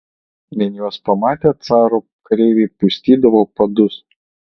vien juos pamatę caro kareiviai pustydavo padus